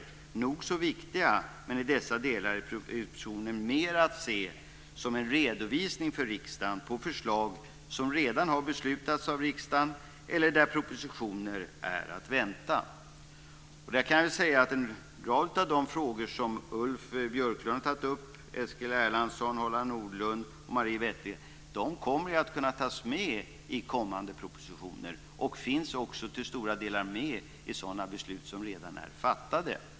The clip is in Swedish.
Det är nog så viktigt. Men i dessa delar är propositionen mer att se som en redovisning för riksdagen av förslag som redan har beslutats av riksdagen eller frågor där propositioner är att vänta. En rad av de frågor som Ulf Björklund, Eskil Erlandsson, Harald Nordlund och Maria Wetterstrand har tagit upp kommer att kunna tas med i kommande propositioner och finns också till stora delar med i sådana beslut som redan är fattade.